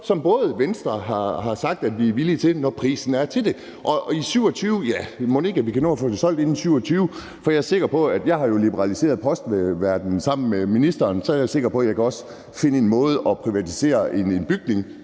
– hvilket Venstre har sagt at vi er villige til, når prisen er til det. Og mon ikke vi kan nå at få det solgt inden 2027? Jeg har jo liberaliseret postverdenen sammen med ministeren. Så jeg er sikker på, at jeg også kan finde en måde at privatisere en bygningsmasse